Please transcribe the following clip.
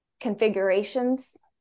configurations